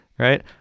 Right